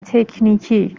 تکنیکی